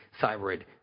thyroid